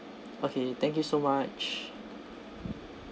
okay thank you so much